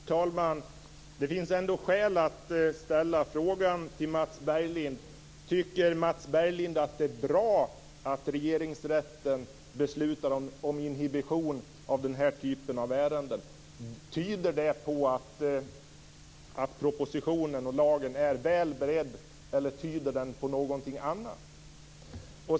Fru talman! Det finns ändå skäl att ställa frågan till Mats Berglind: Tycker Mats Berglind att det är bra att regeringsrätten beslutar om inhibition i den här typen av ärenden? Tyder det på att propositionen och lagen är väl beredda, eller tyder det på någonting annat?